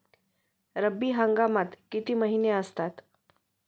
रब्बी हंगामात किती महिने असतात?